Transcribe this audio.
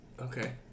Okay